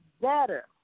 better